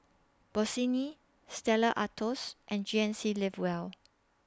Bossini Stella Artois and G N C Live Well